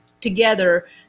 together